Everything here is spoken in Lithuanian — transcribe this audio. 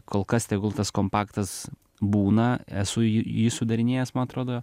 kol kas tegul tas kompaktas būna esu jį sudarinėjęs man atrodo